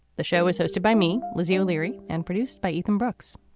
the show is hosted by me lizzie o'leary and produced by ethan brooks.